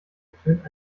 ertönt